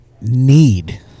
need